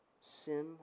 sin